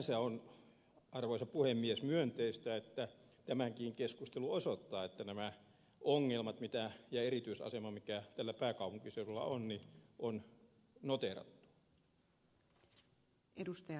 sinänsä on arvoisa puhemies myönteistä jonka tämäkin keskustelu osoittaa että nämä ongelmat ja erityisasema mikä tällä pääkaupunkiseudulla on on noteerattu